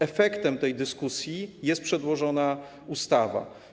Efektem tej dyskusji jest przedłożona ustawa.